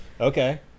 Okay